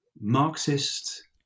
Marxist